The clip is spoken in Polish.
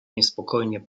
niespokojnie